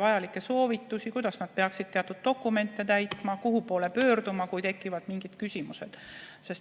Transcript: vajalikke soovitusi, kuidas nad peaksid teatud dokumente täitma ja kuhu pöörduma, kui tekivad mingid küsimused.